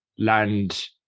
land